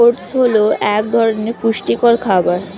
oats হল এক ধরনের পুষ্টিকর খাবার